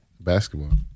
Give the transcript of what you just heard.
Basketball